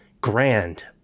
grand